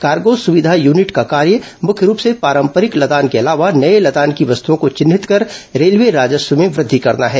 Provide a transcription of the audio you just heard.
cargo सुविधा unit का कार्य मुख्य रूप से पारंपरिक लदान के अलावा नए लदान की वस्तुओं को चिन्हित कर रेलवे राजस्व में वृद्धि करना है